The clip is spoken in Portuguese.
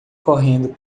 correndo